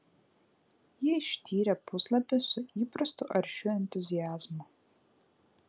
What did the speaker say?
ji ištyrė puslapį su įprastu aršiu entuziazmu